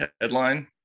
headline